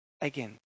Again